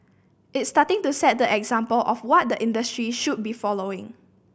it's starting to set the example of what the industry should be following